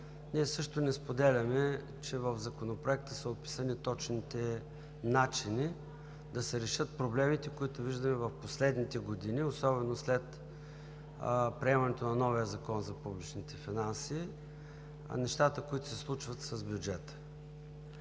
Ние също не споделяме, че в Законопроекта са описани точните начини да се решат проблемите, които виждаме в последните години, особено след приемането на новия Закон за публичните финанси, и нещата, които се случват с бюджета.